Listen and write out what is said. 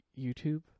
YouTube